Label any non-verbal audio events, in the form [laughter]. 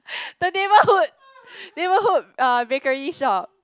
[breath] the neighbourhood [breath] neighbourhood uh bakery shop